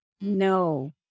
No